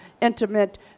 intimate